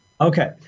Okay